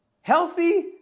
Healthy